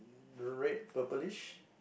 red purplish